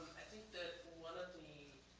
i think that one of the